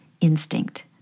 instinct